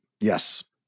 Yes